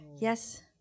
Yes